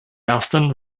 ersten